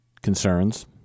concerns